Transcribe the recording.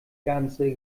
ganze